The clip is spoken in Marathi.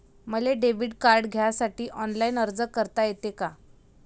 मले डेबिट कार्ड घ्यासाठी ऑनलाईन अर्ज करता येते का?